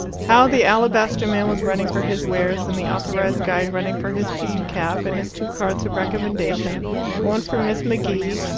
how the alabaster man was running for his wares, and the authorized guide running for his peaked cap and his two cards of recommendation one from miss m'gee,